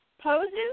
poses